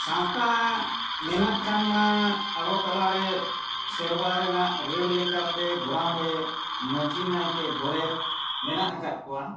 ᱥᱟᱶᱛᱟ ᱢᱮᱱᱟᱜ ᱠᱷᱟᱱ ᱢᱟ ᱟᱵᱚ ᱛᱟᱞᱟᱨᱮ ᱥᱮᱨᱣᱟ ᱨᱮᱱᱟᱜ ᱨᱟᱹᱲ ᱞᱮᱠᱟᱛᱮ ᱜᱚᱨᱟᱢ ᱨᱮ ᱢᱟᱺᱡᱷᱤ ᱱᱟᱭᱠᱮ ᱜᱚᱰᱮᱛ ᱢᱮᱱᱟᱜ ᱟᱠᱟᱫ ᱠᱚᱣᱟ